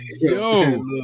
yo